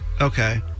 Okay